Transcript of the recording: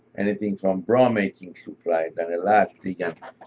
anything from bra-making supplies and elastic and